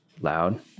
loud